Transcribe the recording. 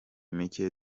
mike